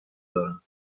دارم